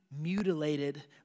mutilated